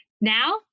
Now